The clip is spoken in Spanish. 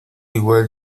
igual